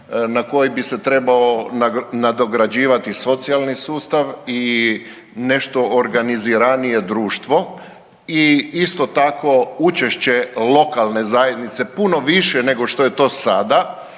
na koji bi se trebao nadograđivati socijalni sustav i nešto organiziranije društvo i isto tako učešće lokalne zajednice puno više nego što je to sada.